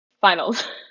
finals